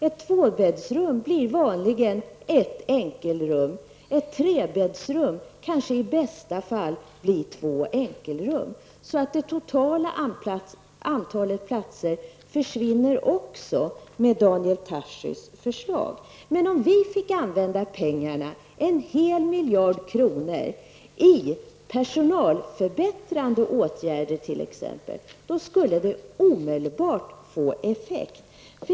Ett tvåbäddsrum blir vanligen ett enkelrum, och ett trebäddsrum blir kanske i bästa fall två enkelrum. Men om vi fick använda pengarna, en hel miljard kronor, till exempelvis personalrekryteringsförbättrande åtgärder, så skulle det omedelbart få effekt.